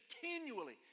continually